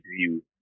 view